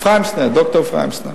אפרים סנה, ד"ר אפרים סנה.